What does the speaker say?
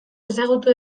ezagutu